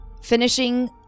finishing